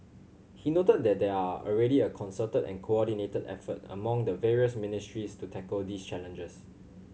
he noted that there are already a concerted and coordinated effort among the various ministries to tackle these challenges